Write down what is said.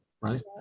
right